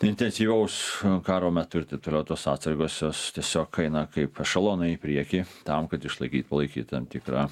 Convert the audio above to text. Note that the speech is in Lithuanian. intensyvaus karo metu ir taip toliau tos atsargos jos tiesiog eina kaip ešelonai į priekį tam kad išlaikyt palaikyt tam tikrą